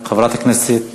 חברת הכנסת